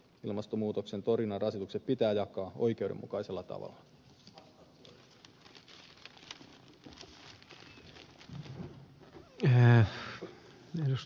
ilmastonmuutoksen torjunnan rasitukset pitää jakaa oikeudenmukaisella tavalla